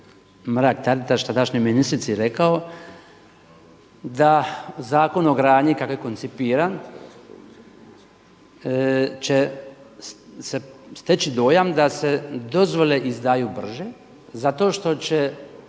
Mrak Taritaš tadašnjoj ministrici rekao da Zakon o gradnji kako je koncipiran će steći dojam da se dozvole izdaju brže, zato što će